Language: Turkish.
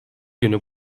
günü